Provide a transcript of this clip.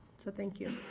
so thank you.